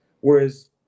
Whereas